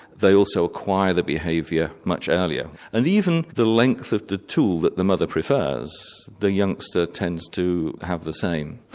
they also acquire the behaviour much earlier. and even the length of the tool that the mother prefers, the youngster tends to have the same.